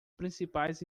principais